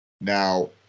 now